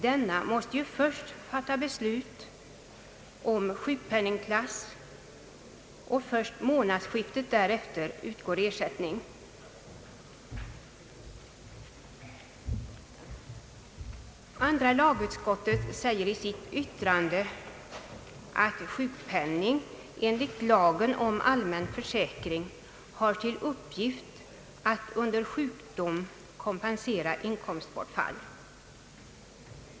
Denna måste först fatta beslut om sjukpenningklass och inte förrän vid följande månadsskifte utgår ersättning. Andra lagutskottet anför i sitt utlåtande att sjukpenning enligt lagen om allmän försäkring har till uppgift att under sjukdom kompensera inkomstbortfall.